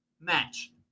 match